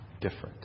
different